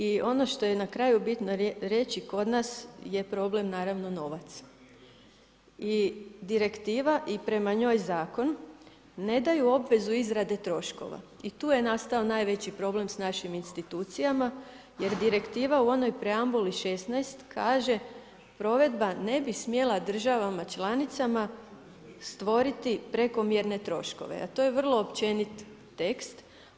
I ono što je na kraju bitno reći, kod nas je problem naravno novac i direktiva i prema njoj zakon ne daju obvezu izrade troškova i tu je nastao najveći problem s našim institucijama jer direktiva u onoj preambuli 16. kaže provedba ne bi smjela državama članicama stvoriti prekomjerne troškove, a to je vrlo općenit tekst.